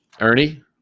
Ernie